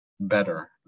Better